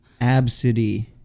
Absidy